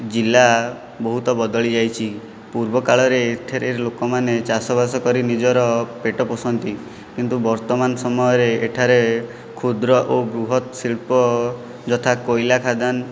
ଜିଲ୍ଲା ବହୁତ ବଦଳି ଯାଇଛି ପୂର୍ବ କାଳରେ ଏଠାରେ ଲୋକମାନେ ଚାଷ ବାସ କରି ନିଜର ପେଟ ପୋଷନ୍ତି କିନ୍ତୁ ବର୍ତ୍ତମାନ ସମୟରେ ଏଠାରେ କ୍ଷୁଦ୍ର ଓ ବୃହତ ଶିଳ୍ପ ଯଥା କୋଇଲା ଖାଦାନ